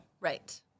right